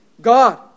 God